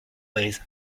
brise